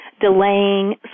delaying